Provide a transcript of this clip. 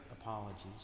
apologies